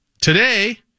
Today